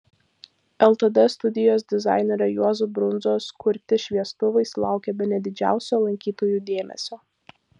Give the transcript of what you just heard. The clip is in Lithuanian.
ltd studijos dizainerio juozo brundzos kurti šviestuvai sulaukė bene didžiausio lankytojų dėmesio